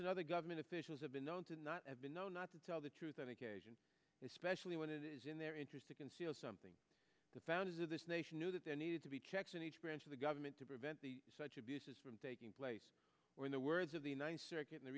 and other government officials have been known to not have been known not to tell the truth on occasion especially when it is in their interest to conceal something the founders of this nation knew that there needed to be checks in each branch of the government to prevent the such abuses from taking place or in the words of the ninth circuit